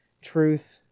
Truth